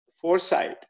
foresight